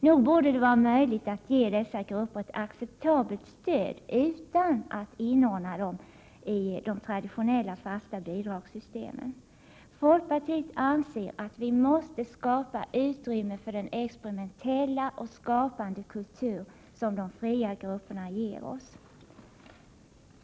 Nog borde det vara möjligt att ge dessa grupper ett acceptabelt stöd utan attinordna dem i de traditionella fasta bidragssystemen. Folkpartiet anser att vi måste skapa utrymme för den experimentella och skapande kultur som de fria grupperna ger oss.